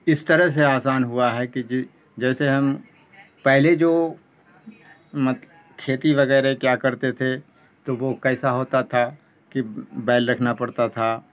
اس طرح سے آسان ہوا ہے کہ جیسے ہم پہلے جو مت کھیتی وغیرہ کیا کرتے تھے تو وہ کیسا ہوتا تھا کہ بیل رکھنا پڑتا تھا